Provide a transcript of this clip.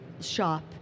shop